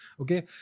okay